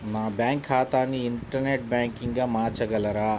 నా బ్యాంక్ ఖాతాని ఇంటర్నెట్ బ్యాంకింగ్గా మార్చగలరా?